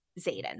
Zayden